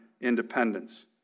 independence